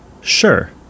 sure